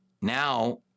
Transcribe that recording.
Now